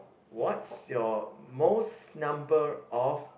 what's your most number of